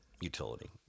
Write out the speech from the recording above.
utility